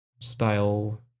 style